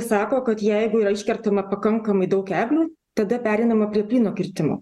sako kad jeigu yra iškertama pakankamai daug eglių tada pereinama prie plyno kirtimo